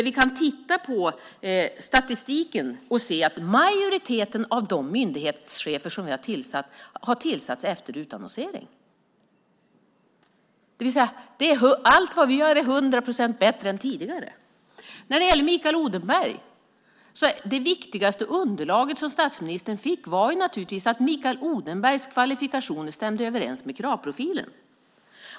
Vi kan se i statistiken att majoriteten av de myndighetschefer som vi har tillsatt har tillsatts efter utannonsering. Allt det vi gör är hundra procent bättre än tidigare. När det gäller Mikael Odenberg var naturligtvis det viktigaste underlaget som statsministern fick att Mikael Odenbergs kvalifikationer stämde överens med kravprofilen.